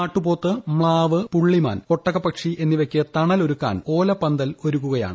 കാട്ടുപോത്ത് മ്ലാവ് പുള്ളിമാൻ ഒട്ടകപക്ഷി എന്നിവയ്ക്ക് തണലൊരുക്കാൻ ഓലപ്പിന്റൽ ഒരുക്കുകയാണ്